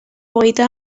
hogeita